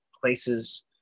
places